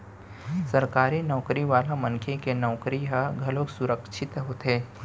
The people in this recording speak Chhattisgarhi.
सरकारी नउकरी वाला मनखे के नउकरी ह घलोक सुरक्छित होथे